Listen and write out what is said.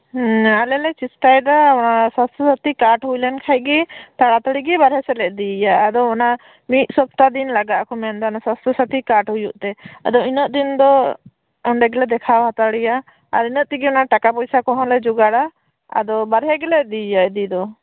ᱟᱞᱮ ᱞᱮ ᱪᱮᱥᱴᱟ ᱮᱫᱟ ᱥᱟᱥᱛᱷᱚᱥᱟᱛᱷᱤ ᱠᱟᱨᱰ ᱦᱩᱭᱞᱮᱱ ᱠᱷᱟᱡ ᱜᱮ ᱛᱟᱲᱟ ᱛᱟᱲᱤ ᱜᱮ ᱵᱟᱨᱦᱮ ᱥᱮᱫ ᱞᱮ ᱤᱫᱤᱭᱮᱭᱟ ᱟᱫᱚ ᱚᱱᱟ ᱢᱤᱫ ᱥᱚᱯᱛᱟᱦᱚ ᱫᱤᱱ ᱞᱟᱜᱟᱜᱼᱟ ᱠᱚ ᱢᱮᱱᱮᱫᱟ ᱚᱱᱟ ᱥᱟᱥᱴᱷᱚᱥᱟᱛᱷᱤ ᱠᱟᱨᱰ ᱦᱩᱭᱩᱜ ᱛᱮ ᱟᱫᱚ ᱤᱱᱟᱹᱜ ᱫᱤᱱ ᱫᱚ ᱚᱱᱰᱮ ᱜᱮᱞᱮ ᱫᱮᱠᱷᱟᱣ ᱦᱟᱛᱟᱲ ᱮᱭᱟ ᱟᱨ ᱤᱱᱟᱹᱜ ᱛᱮᱜᱮ ᱴᱟᱠᱟ ᱯᱚᱭᱥᱟ ᱠᱚᱦᱚᱸ ᱞᱮ ᱡᱚᱜᱟᱲᱟ ᱟᱫᱚ ᱵᱟᱨᱦᱮ ᱜᱮᱞᱮ ᱤᱫᱤᱭᱮᱭᱟ ᱤᱫᱤ ᱫᱚ